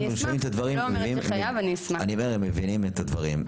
הם שומעים את הדברים ומבינים את הדברים.